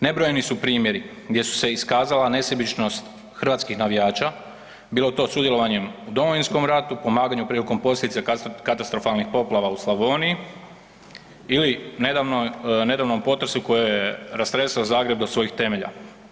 Nebrojeni su primjeri gdje su se iskazala nesebičnost hrvatskih navijača, bilo to sudjelovanjem u Domovinskom ratu, pomaganjem prilikom posljedica katastrofalnih poplava u Slavoniji ili nedavnom potresu koji je rastresao Zagreb do svojih temelja.